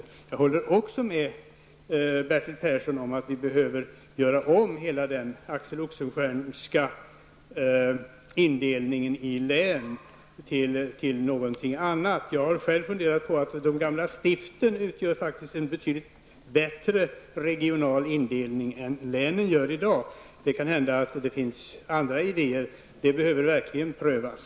Dessutom håller jag med Bertil Persson om att vi behöver göra om hela den Axel Oxenstiernska indelningen i län till någonting annat. De gamla stiften utgör faktiskt en betydligt bättre regional indelning än vad länen gör i dag. Det är mycket möjligt att det också finns andra indelningsidéer som behöver prövas.